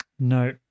No